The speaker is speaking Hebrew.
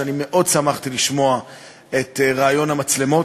ששמחתי מאוד לשמוע על רעיון המצלמות.